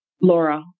Laura